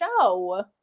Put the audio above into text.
show